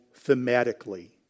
thematically